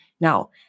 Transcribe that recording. Now